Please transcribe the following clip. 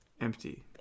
Empty